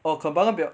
oh kembangan 比较